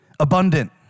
Abundant